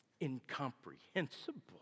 incomprehensible